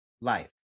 Life